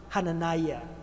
Hananiah